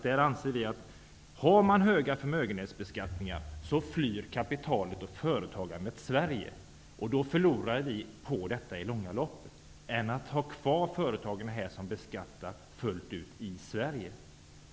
Vi anser att hög förmögenhetsbeskattning gör att kapitalet och företagandet flyr Sverige och att staten förlorar på detta i det långa loppet, jämfört med om företagen är kvar här.